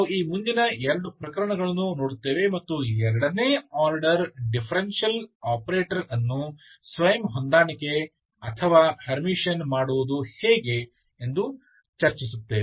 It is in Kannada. ನಾವು ಈ ಮುಂದಿನ ಎರಡು ಪ್ರಕರಣಗಳನ್ನು ನೋಡುತ್ತೇವೆ ಮತ್ತು ಎರಡನೇ ಆರ್ಡರ್ ಡಿಫರೆನ್ಷಿಯಲ್ ಆಪರೇಟರ್ ಅನ್ನು ಸ್ವಯಂ ಹೊಂದಾಣಿಕೆ ಅಥವಾ ಹರ್ಮಿಟಿಯನ್ ಮಾಡುವುದು ಹೇಗೆ ಎಂದು ಚರ್ಚಿಸುತ್ತೇವೆ